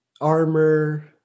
armor